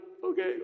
Okay